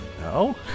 no